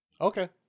Okay